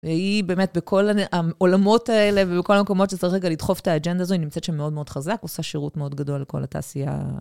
והיא באמת בכל העולמות האלה ובכל המקומות שצריך רגע לדחוף את האג'נדה הזו, היא נמצאת שם מאוד מאוד חזק, עושה שירות מאוד גדול לכל התעשייה.